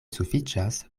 sufiĉas